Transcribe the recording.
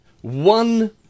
One